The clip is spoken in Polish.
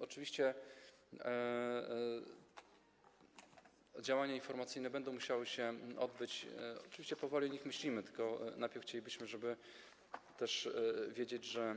Oczywiście działania informacyjne będą musiały się odbyć i oczywiście powoli o nich myślimy, tylko wcześniej chcielibyśmy też wiedzieć, że